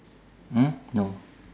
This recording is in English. !huh! no